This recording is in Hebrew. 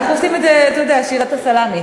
אנחנו עושים את זה בשיטת הסלאמי,